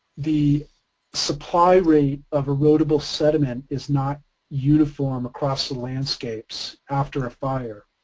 the supply rate of erodible sediment is not uniform across the landscapes after a fire.